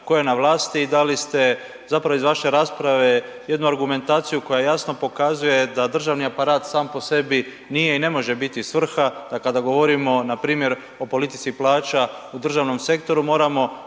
tko je na vlasti i dali ste zapravo iz vaše rasprave jednu argumentaciju koja jasno pokazuje da državni aparat sam po sebi nije i ne može biti svrha, da kada govorimo npr. o politici plaća u državnom sektoru moramo